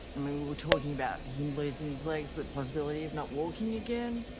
mean, we were talking about him losing his legs, the possibility of not walking again.